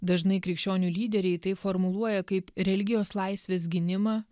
dažnai krikščionių lyderiai tai formuluoja kaip religijos laisvės gynimą